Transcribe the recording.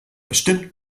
bestimmt